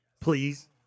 please